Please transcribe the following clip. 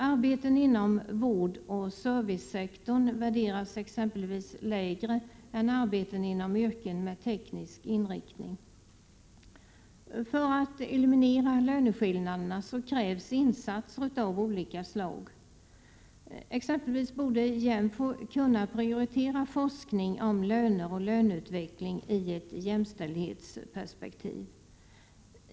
Arbeten inom vårdoch servicesektorn värderas exempelvis lägre än arbeten inom yrken med teknisk inriktning. För att löneskillnaderna skall kunna elimineras krävs insatser av olika slag. JÄMFO borde t.ex. kunna prioritera forskning om löner och löneutveckling i ett jämställdhetsperspektiv.